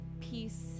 peace